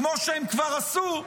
כמו שהם כבר עשו,